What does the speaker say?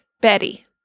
Betty